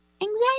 Anxiety